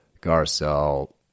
Garcelle